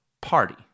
party